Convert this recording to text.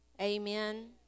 Amen